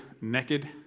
naked